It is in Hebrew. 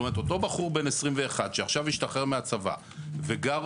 אותו בחור בן 21 שעכשיו השתחרר מהצבא וגר